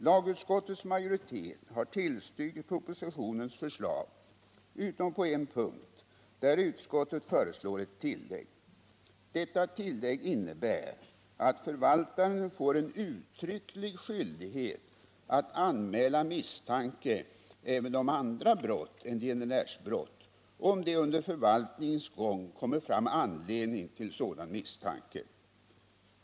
Lagutskottets majoritet har tillstyrkt propositionens förslag utom på en punkt, där utskottet föreslår ett tillägg. Detta tillägg innebär att förvaltaren får en uttrycklig skyldighet att anmäla misstanke även om andra brott än gäldenärsbrott, om det under förvaltningens gång kommer fram anledning till sådan misstanke.